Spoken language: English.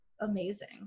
amazing